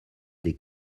des